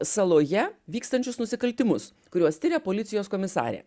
saloje vykstančius nusikaltimus kuriuos tiria policijos komisarė